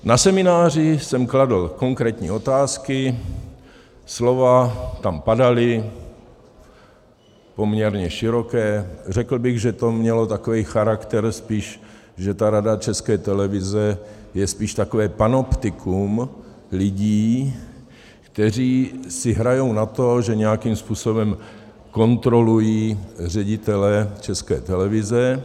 Na semináři jsem kladl konkrétní otázky, slova tam padala poměrně široká, řekl bych, že to mělo charakter spíš takový, že Rada České televize je spíš takové panoptikum lidí, kteří si hrají na to, že nějakým způsobem kontrolují ředitele České televize.